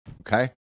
okay